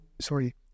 sorry